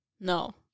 No